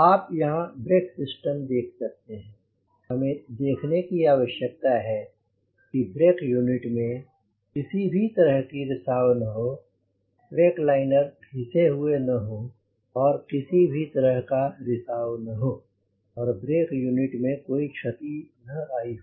आप यहाँ brake system देख सकते हैं हमें देखने की आवश्यकता है कि ब्रेक यूनिट में किसी भी तरह की रिसाव न हो ब्रेक लाइनर घिसे हुए न हों और किसी भी तरह का कोई रिसाव न हो और ब्रेक यूनिट में कोई क्षति न आई हो